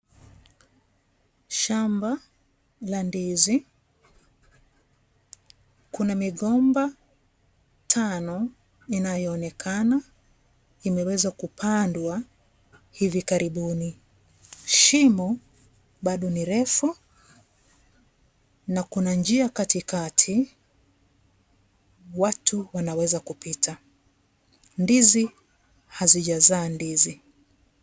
Shamba la ndizi, kuna migomba tano inayoonekana, imeweza kupandwa hivi karibuni. Shimo bado ni refu, na kuna njia katikati, watu wanaweza kupita. Ndizi, hazijazaa ndizi.